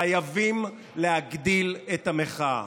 חייבים להגדיל את המחאה.